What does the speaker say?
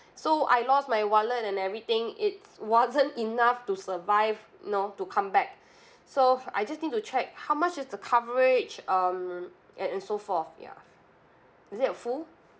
so I lost my wallet and everything it wasn't enough to survive you know to come back so I just need to check how much is the coverage um and and so forth ya is it a full